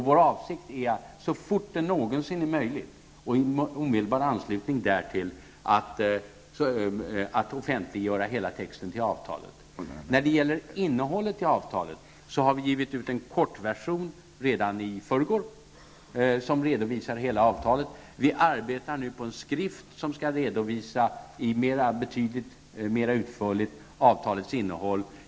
Vår avsikt att så fort det någonsin är möjligt, och i omedelbar anslutning därtill, offentliggöra hela texten till avtalet. När det gäller innehållet i avtalet har vi faktiskt givit ut en kort version redan i förrgår där hela avtalet redovisas. Vi arbetar nu på en skrift där avtalets innehåll redovisas mera utförligt.